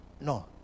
no